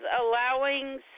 allowing